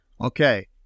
Okay